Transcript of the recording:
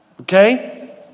Okay